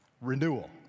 Renewal